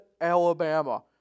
Alabama